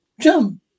Jump